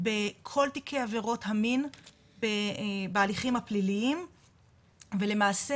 בכל תיקי עבירות המין בהליכים הפליליים ולמעשה,